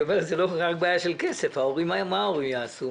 היא אומרת, זה לא רק בעיה של כסף, מה ההורים יעשו?